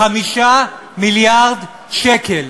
5 מיליארד שקל,